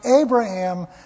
Abraham